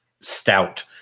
stout